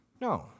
No